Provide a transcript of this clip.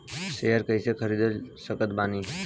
Share कइसे खरीद सकत बानी?